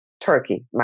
turkey